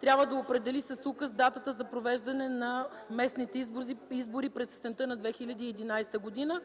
трябва да определи с указ датата за провеждане на местните избори през есента на 2011 г.,